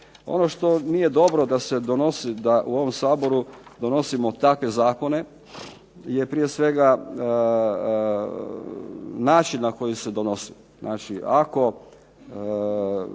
Ono što nije dobro da u ovom Saboru donosimo takve Zakone je prije svega način na koji se donose,